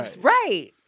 Right